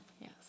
Yes